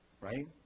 right